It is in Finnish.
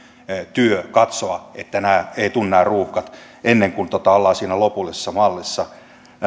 työ katsoa että nämä ruuhkat eivät tule ennen kuin ollaan siinä lopullisessa mallissa